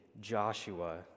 Joshua